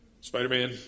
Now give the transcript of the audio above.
Spider-Man